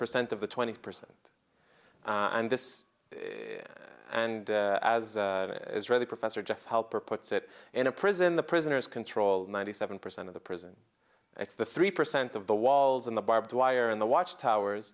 percent of the twenty percent and this and as israeli professor jeff helper puts it in a prison the prisoners control ninety seven percent of the prison it's the three percent of the walls and the barbed wire in the watchtowers